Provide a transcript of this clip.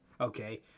Okay